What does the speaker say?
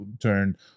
turn